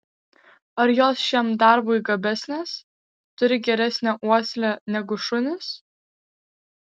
ar jos šiam darbui gabesnės turi geresnę uoslę negu šunys